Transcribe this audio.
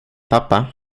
pappa